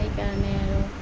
সেইকাৰণে আৰু